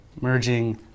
merging